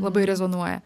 labai rezonuoja